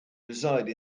reside